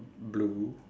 blue